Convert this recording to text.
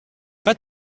pas